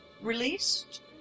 released